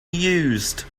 used